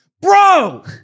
bro